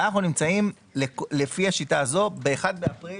ואנחנו נמצאים לפי השיטה הזאת ב-1 באפריל,